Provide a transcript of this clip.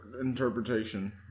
interpretation